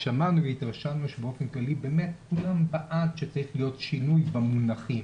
התרשמנו באופן כללי שכולם בעד שצריך להיות שינוי במונחים